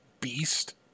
beast